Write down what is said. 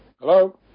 Hello